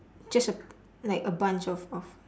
just a like a bunch of of